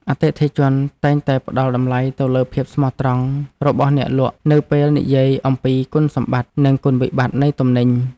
អតិថិជនតែងតែផ្តល់តម្លៃទៅលើភាពស្មោះត្រង់របស់អ្នកលក់នៅពេលនិយាយអំពីគុណសម្បត្តិ និងគុណវិបត្តិនៃទំនិញ។